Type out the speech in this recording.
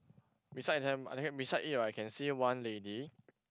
beside them I think can beside it right I can see one lady